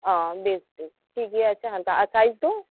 ᱚᱻ ᱵᱮᱥ ᱵᱮᱥ ᱴᱷᱤᱠ ᱜᱮᱭᱟ ᱟᱪᱪᱷᱟ ᱛᱟᱦᱞᱮ ᱥᱟᱭᱤᱡᱽ ᱫᱚ